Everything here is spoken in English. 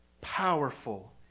powerful